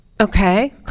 Okay